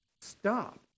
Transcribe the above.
stop